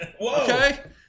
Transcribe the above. Okay